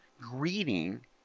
greeting